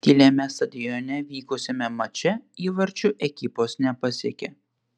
tyliame stadione vykusiame mače įvarčių ekipos nepasiekė